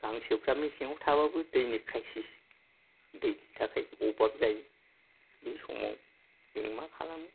गांसोफ्रा मेसेङाव थाबाबो दैनि क्रायचिज दैनि थाखाय अभाब जायो बे समाव जों मा खालामो